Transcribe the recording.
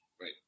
right